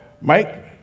mike